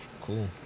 cool